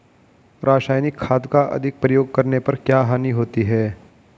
रासायनिक खाद का अधिक प्रयोग करने पर क्या हानि होती है?